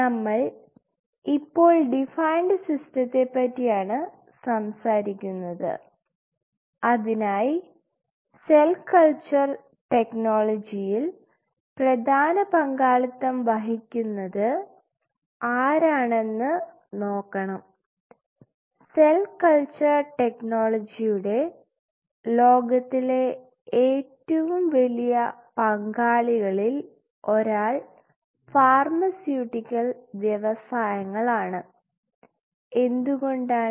നമ്മൾ ഇപ്പോൾ ഡിഫൈൻഡ് സിസ്റ്റത്തെ പറ്റിയാണ് സംസാരിക്കുന്നത് അതിനായി സെൽ കൾച്ചർ ടെക്നോളജിയിൽ പ്രധാന പങ്കാളിത്തം വഹിക്കുന്നത് ആരാണെന്ന് നോക്കണം സെൽ കൾച്ചർ ടെക്നോളജിയുടെ ലോകത്തിലെ ഏറ്റവും വലിയ പങ്കാളികളിൽ ഒരാൾ ഫാർമസ്യൂട്ടിക്കൽ വ്യവസായങ്ങളാണ് എന്തുകൊണ്ടാണ്